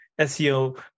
SEO